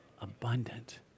abundant